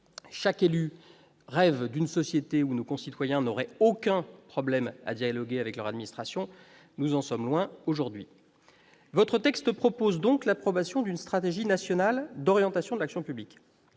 Chaque élu rêve d'une société où nos concitoyens n'auraient aucun problème à dialoguer avec leur administration. Nous en sommes loin aujourd'hui ! Votre texte propose donc l'approbation d'une stratégie nationale d'orientation de l'action publique.